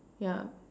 ya